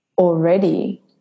already